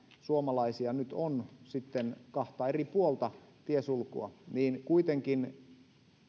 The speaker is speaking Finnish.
suomalaisia nyt on kahta eri puolta tiesulkua niin kuitenkin